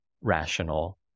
rational